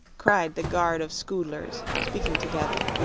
cried the guard of scoodlers, speaking together.